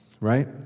right